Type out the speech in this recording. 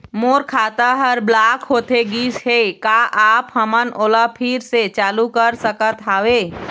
मोर खाता हर ब्लॉक होथे गिस हे, का आप हमन ओला फिर से चालू कर सकत हावे?